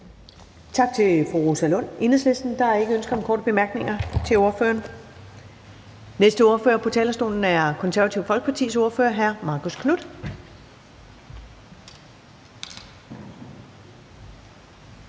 Tak til fru Rosa Lund, Enhedslisten. Der er ikke ønske om korte bemærkninger til ordføreren. Næste ordfører på talerstolen er Det Konservative Folkepartis ordfører hr. Marcus Knuth.